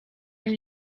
une